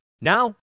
Now